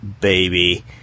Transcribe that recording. baby